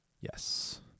yes